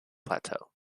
plateau